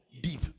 Deep